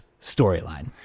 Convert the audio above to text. storyline